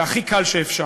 זה הכי קל שאפשר,